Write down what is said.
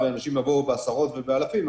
ואנשים יבואו בעשרות ובאלפים,